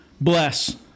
bless